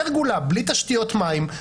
פרגולה בלי תשתיות מים,